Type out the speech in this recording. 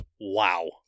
Wow